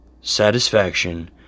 satisfaction